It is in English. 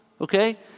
okay